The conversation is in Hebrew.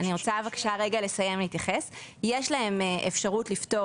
יש להם פטור,